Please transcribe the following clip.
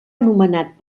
anomenat